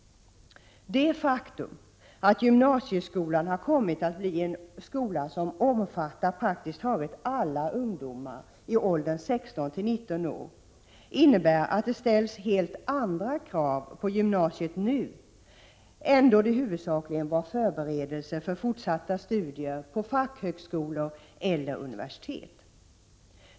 Det faktum att gymnasieskolan har kommit att bli en skola som omfattar praktiskt taget alla ungdomar i åldern 16—19 år innebär att det ställs andra krav på gymnasiet nu än då det huvudsakligen var en förberedelse för fortsatta studier på fackhögskolor eller universitet.